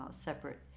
separate